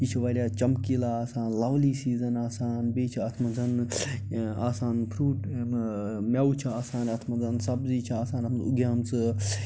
یہِ چھِ واریاہ چَمکیٖلا آسان لَولی سیٖزَن آسان بیٚیہِ چھِ اَتھ منٛز یہِ آسان فرٛوٗٹ یِمہٕ مٮ۪وٕ چھِ آسان اَتھ منٛز سبزی چھِ آسان اَتھ منٛز اُگیمژٕ